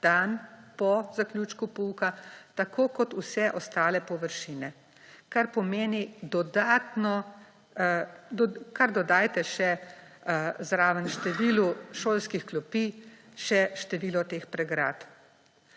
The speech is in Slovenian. dan po zaključku pouka, tako kot vse ostale površine, kar pomeni dodatno – kar dodajte še zraven številu šolskih klopi število teh pregrad.